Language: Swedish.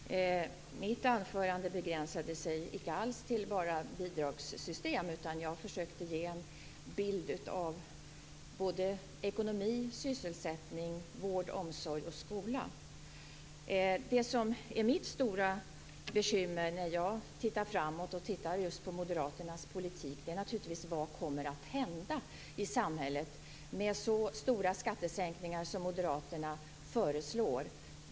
Fru talman! Mitt anförande begränsade sig inte alls till bara bidragssystem, utan jag försökte ge en bild av ekonomi, sysselsättning, vård, omsorg och skola. Mitt stora bekymmer när jag ser framåt och på moderaternas politik är naturligtvis vad som kommer att hända med så stora skattesänkningar som moderaterna föreslår.